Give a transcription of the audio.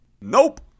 Nope